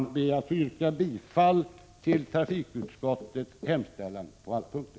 Med detta ber jag att få yrka bifall till trafikutskottets hemställan på alla punkter.